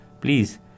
please